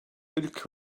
ilk